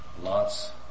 lots